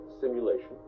simulation